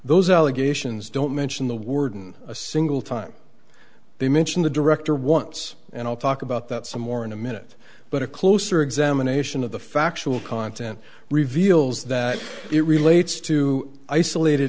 those allegations don't mention the word in a single time they mention the director wants and i'll talk about that some more in a minute but a closer examination of the factual content reveals that it relates to isolated